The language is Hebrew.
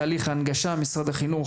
בתהליך ההנגשה משרד החינוך,